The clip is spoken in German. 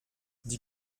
die